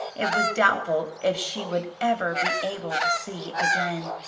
it was doubtful if she would ever be able to see again.